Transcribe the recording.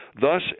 Thus